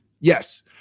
yes